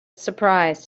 surprise